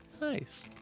Nice